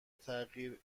تغییر